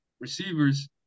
receivers